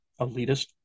elitist